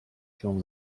się